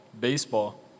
baseball